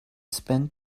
spend